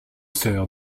sœurs